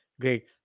Great